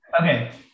Okay